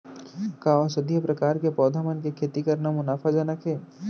का औषधीय प्रकार के पौधा मन के खेती करना मुनाफाजनक हे?